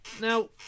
Now